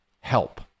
help